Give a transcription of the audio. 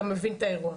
אתה מבין את האירוע.